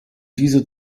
diese